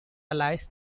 allies